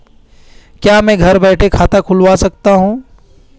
क्या मैं घर बैठे खाता खुलवा सकता हूँ?